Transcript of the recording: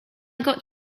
got